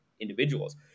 individuals